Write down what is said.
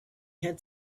had